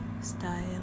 style